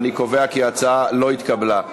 אני קובע כי ההצעה לא התקבלה.